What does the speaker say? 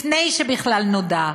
לפני שבכלל נודע.